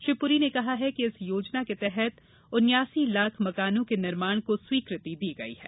श्री पुरी ने कहा कि इस योजना के तहत उनयासी लाख मकानों के निर्माण को स्वीकृति दी गई है